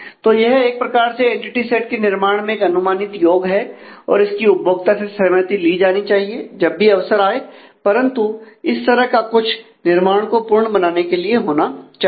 तो यह एक प्रकार से एनटीटी सेट के निर्माण में एक अनुमानित योग है और इसकी उपभोक्ता से सहमति ली जानी चाहिए जब भी अवसर आए परंतु इस तरह का कुछ निर्माण को पूर्ण बनाने के लिए होना चाहिए